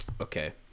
okay